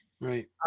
Right